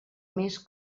més